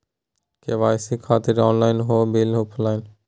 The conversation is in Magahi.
के.वाई.सी से खातिर ऑनलाइन हो बिल ऑफलाइन?